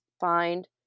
find